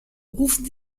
rufen